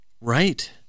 Right